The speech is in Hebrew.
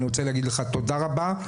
אני רוצה להגיד לך תודה רבה,